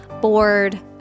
bored